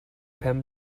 pen